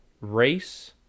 race